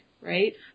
Right